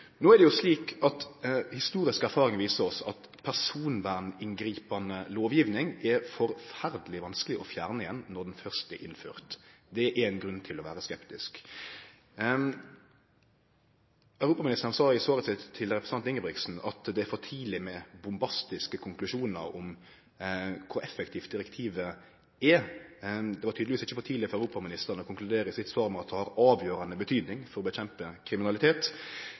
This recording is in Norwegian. er det jo slik at historisk erfaring viser oss at personverninngripande lovgjeving er forferdeleg vanskeleg å fjerne igjen når det først er innført. Det er éin grunn til å vere skeptisk. Europaministeren sa i svaret sitt til representanten Ingebrigtsen at det er for tidleg med bombastiske konklusjonar om kor effektivt direktivet er. Det var tydelegvis ikkje for tidleg for europaministeren å konkludere i sitt svar med at det har avgjerande betydning for å motarbeide kriminalitet.